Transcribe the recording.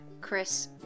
Chris